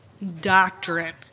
doctrine